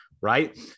right